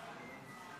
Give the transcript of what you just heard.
51 נגד.